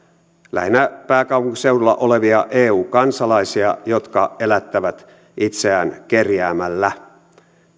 lähinnä pääkaupunkiseudulla olevia eu kansalaisia jotka elättävät itseään kerjäämällä